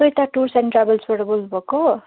Toyota tours and ट्राभल्सबाट बोल्नु भएको